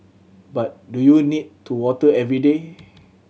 but do you need to water every day